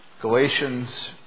Galatians